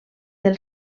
del